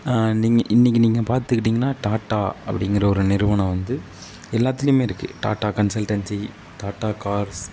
நீங்கள் இன்னைக்கி நீங்கள் பார்த்துக்கிட்டிங்னா டாட்டா அப்படிங்கிற ஒரு நிறுவனம் வந்து எல்லாத்திலேயுமே இருக்கு டாட்டா கன்செல்டன்ஸி டாட்டா கார்ஸ்